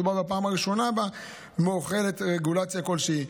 מדובר בפעם הראשונה שבה מוחלת רגולציה כלשהי.